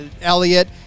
Elliot